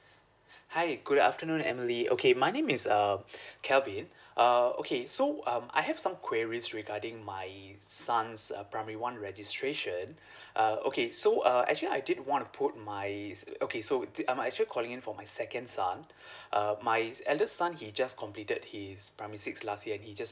hi good afternoon emily okay my name is um kelvin err okay so um I have some queries regarding my son's uh primary one registration uh okay so uh actually I did wanna put my okay so I'm actually calling in for my second son uh my eldest son he just completed his primary six last year and he just